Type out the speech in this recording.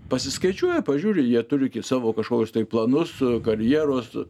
pasiskaičiuoja pažiūri jie turi savo kažkokius tai planus karjeros